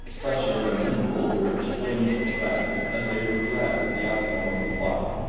plesser and hindle were explaining to bradley that they were glad of the outcome of the fight,